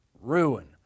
ruin